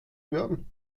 werden